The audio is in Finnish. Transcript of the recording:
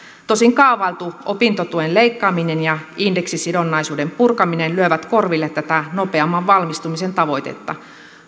tosin kaavailtu opintotuen leikkaaminen ja indeksisidonnaisuuden purkaminen lyövät korville tätä nopeamman valmistumisen tavoitetta